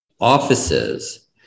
offices